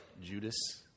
Judas